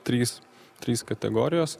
trys trys kategorijos